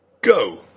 Go